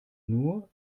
nur